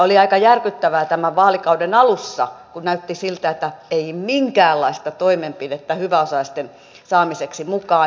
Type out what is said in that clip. oli aika järkyttävää tämän vaalikauden alussa kun näytti siltä että ei olisi minkäänlaista toimenpidettä hyväosaisten saamiseksi mukaan